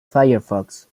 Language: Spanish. firefox